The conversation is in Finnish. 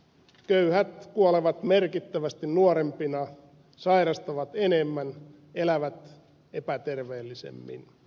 köyhät kuolevat merkittävästi nuorempina sairastavat enemmän elävät epäterveellisemmin